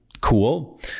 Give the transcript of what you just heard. cool